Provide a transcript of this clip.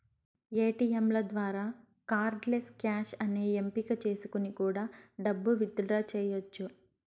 ఏటీయంల ద్వారా cardless cash అనే ఎంపిక చేసుకొని కూడా డబ్బు విత్ డ్రా చెయ్యచ్చు